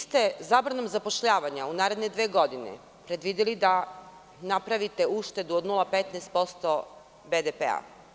Vi ste zabranom zapošljavanja u naredne dve godine predvideli da napravite uštedu od 0,15% BDP.